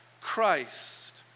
Christ